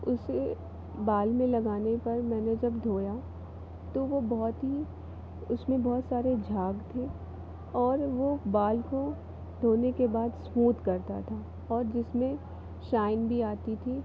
उसे बाल में लगाने पर मैंने जब धोया तो वो बहुत ही उसमें बहुत सारे झाग थे और वो बाल को धोने के बाद स्मूद करता था और जिसमें शाइन भी आती थी